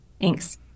Thanks